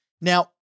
Now